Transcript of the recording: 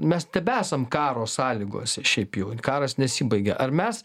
mes tebesam karo sąlygose šiaip jau karas nesibaigia ar mes